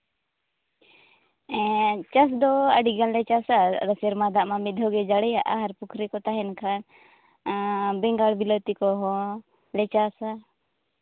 ᱮᱜ ᱪᱟᱥ ᱫᱚ ᱟᱹᱰᱤᱜᱟᱱ ᱞᱮ ᱪᱟᱥᱟ ᱟᱞᱮ ᱥᱮᱨᱢᱟ ᱫᱟᱜ ᱢᱟ ᱢᱤᱫ ᱫᱷᱟᱣᱜᱮ ᱡᱟᱹᱲᱤᱭᱟ ᱟᱨ ᱯᱩᱠᱷᱨᱤ ᱠᱚ ᱛᱟᱦᱮᱱ ᱠᱷᱟᱱ ᱵᱮᱸᱜᱟᱲ ᱵᱤᱞᱟᱹᱛᱤ ᱠᱚᱦᱚᱸ ᱞᱮ ᱪᱟᱥᱟ